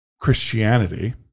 Christianity